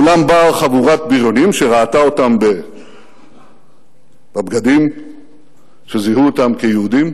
ומולם באה חבורת בריונים שראתה אותם בבגדים שזיהו אותם כיהודים,